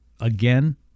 Again